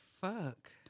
Fuck